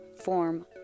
form